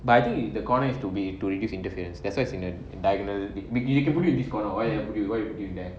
but I think in the corner of to be to reduce interference that's why as in an indignant biggies you can put it disconnect why are you doing there